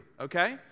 okay